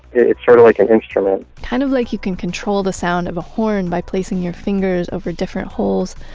it's sort of like an instrument kind of like you can control the sound of a horn by placing your fingers over different holes,